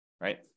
right